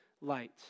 light